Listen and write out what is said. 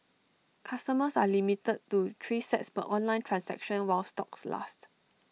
customers are limited to three sets per online transaction while stocks last